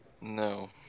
No